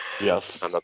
Yes